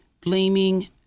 blaming